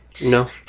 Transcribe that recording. No